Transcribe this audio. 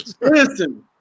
Listen